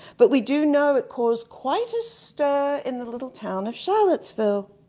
but we do know it caused quite a stir in the little town of charlottesville.